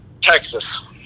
Texas